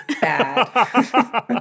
bad